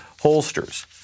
Holsters